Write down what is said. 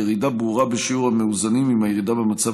ירידה ברורה בשיעור המאוזנים עם הירידה במצב